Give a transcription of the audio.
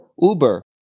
Uber